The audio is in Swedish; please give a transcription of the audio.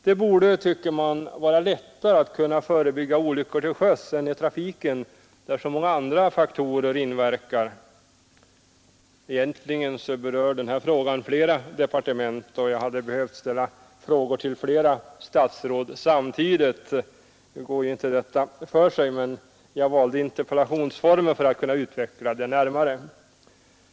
Det borde, tycker man, vara lättare att förebygga olyckor till sj S än i trafiken, där så många andra faktorer inverkar. Egentligen berör den här saken flera departement, och jag hade behövt ställa frågor till flera statsråd samtidigt. Nu går ju inte detta för sig, men jag valde interpellationsformen för att kunna utveckla det närmare.